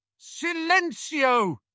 Silencio